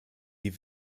die